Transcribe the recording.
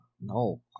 No